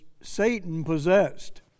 Satan-possessed